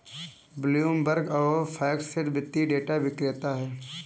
Bloomberg और FactSet वित्तीय data विक्रेता हैं